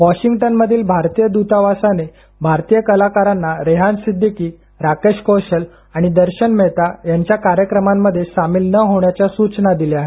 वॉशिंग्टनमधील भारतीय दूतावासाने भारतीय कलाकारांना रेहान सिद्दीकी राकेश कौशल आणि दर्शन मेहता यांच्या कार्यक्रमांमध्ये सामील न होण्याच्या सूचना दिल्या आहेत